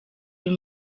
uyu